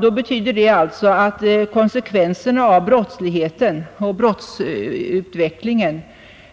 Det betyder alltså att konsekvenserna av brottsligheten och brottsutvecklingen